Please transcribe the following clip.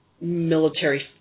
military